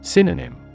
Synonym